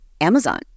Amazon